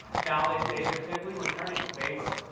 now they say they're simply returning the favor.